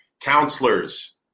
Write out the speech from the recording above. Counselors